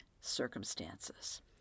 circumstances